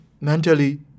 mentally